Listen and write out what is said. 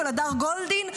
של הדר גולדין,